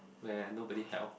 where nobody help